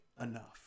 enough